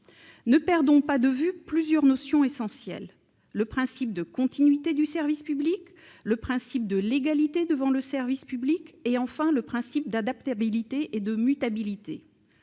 Ne perdons pas de vue plusieurs notions essentielles : le principe de continuité du service public, le principe de l'égalité devant le service public et, enfin, les principes d'adaptabilité et de mutabilité.